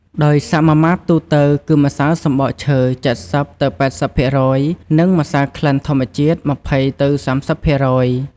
ដោយសមាមាត្រទូទៅគឺម្សៅសំបកឈើ ៧០ ទៅ ៨០% និង ម្សៅក្លិនធម្មជាតិ ២០ ទៅ ៣០%។